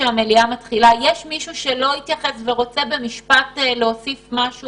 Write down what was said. מישהו שרוצה להוסיף משהו